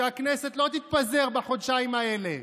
שהכנסת לא תתפזר בחודשיים האלה.